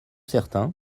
certain